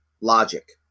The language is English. logic